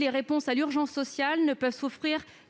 Les réponses à l'urgence sociale ne peuvent souffrir